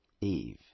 Eve